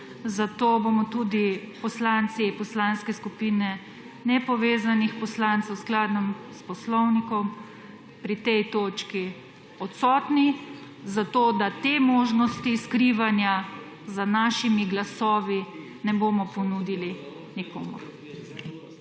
zato bomo tudi poslanci Poslanske skupine Nepovezanih poslancev skladno s Poslovnikom pri tej točki odsotni, zato da te možnosti skrivanja za našimi glasovi ne bomo ponudili nikomur.